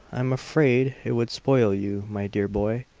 i'm afraid it would spoil you, my dear boy.